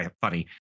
funny